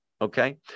Okay